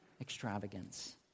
extravagance